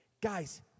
Guys